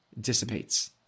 dissipates